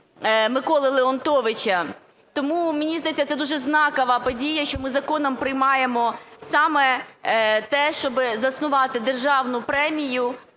Миколи Леонтовича. Тому, мені здається, це дуже знакова подія, що ми законом приймаємо саме те, щоб заснувати Державну премію